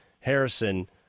Harrison